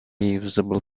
usable